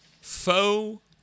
faux